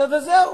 וזהו.